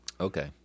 Okay